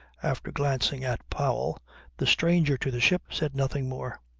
after glancing at powell the stranger to the ship said nothing more.